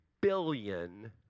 billion